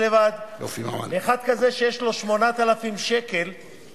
חשוב שכל מי שנוכח יצביע.